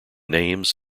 names